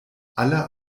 aller